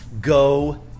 go